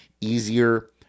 Easier